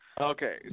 Okay